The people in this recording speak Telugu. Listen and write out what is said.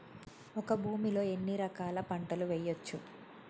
ఒక భూమి లో ఎన్ని రకాల పంటలు వేయచ్చు?